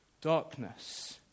Darkness